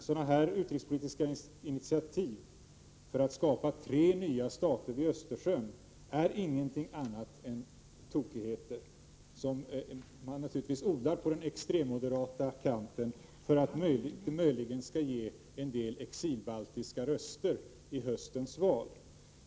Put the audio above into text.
Sådana utrikespolitiska initiativ för att skapa tre nya stater vid Östersjön är ingenting annat än tokigheter som man naturligtvis odlar på den extremmoderata kanten för att det möjligen skall ge en del exilbaltiska röster i höstens val.